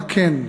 מה כן?